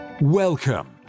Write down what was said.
Welcome